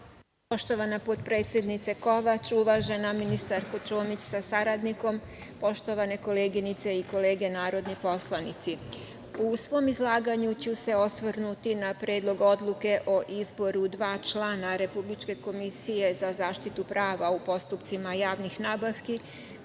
Poštovana potpredsednice Kovač, uvažena ministarka Čomić sa saradnikom, poštovane koleginice i kolege narodni poslanici, u svom izlaganju ću se osvrnuti na Predlog odluke o izboru dva člana Republičke komisije za zaštitu prava u postupcima javnih nabavki